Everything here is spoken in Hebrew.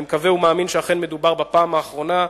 אני מקווה ומאמין שאכן מדובר בפעם האחרונה,